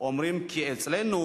אומרים שאצלנו